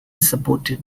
supported